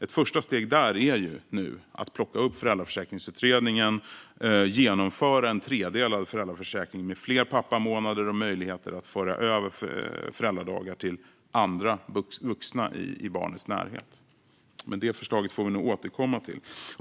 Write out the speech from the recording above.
Ett första steg är nu att plocka upp Föräldraförsäkringsutredningen och genomföra en tredelad föräldraförsäkring med fler pappamånader och möjligheter att föra över föräldradagar till andra vuxna i barnets närhet. Men det förslaget får vi nog återkomma till.